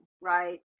right